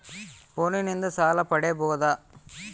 ಫೋನಿನಿಂದ ಸಾಲ ಪಡೇಬೋದ?